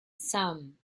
some